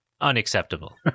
unacceptable